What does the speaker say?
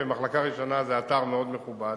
"מחלקה ראשונה" זה אתר מאוד מכובד,